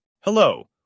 Hello